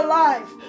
life